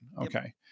Okay